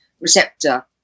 receptor